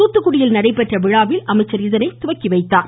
தூத்துக்குடியில் நடைபெற்ற விழாவில் அமைச்சர் இதனை இன்று துவக்கி வைத்தார்